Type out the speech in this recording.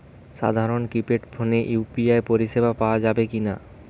সাধারণ কিপেড ফোনে ইউ.পি.আই পরিসেবা পাওয়া যাবে কিনা?